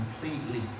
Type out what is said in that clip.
completely